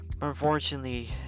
Unfortunately